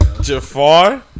Jafar